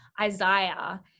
isaiah